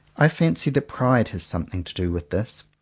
i fancy that pride has something to do with this.